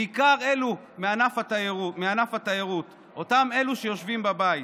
בעיקר אלו מענף התיירות, אותם אלה שיושבים בבית.